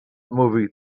movie